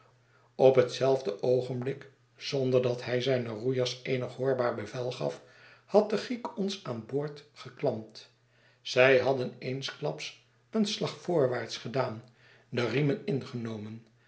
op hetzelfde oogenblik zonder dat hij zijne roeiers eenig hoorbaar bevel gaf had de giek ons aan boord geklampt zij hadden eensklaps een slag voorwaarts gedaan de riemen ingenomen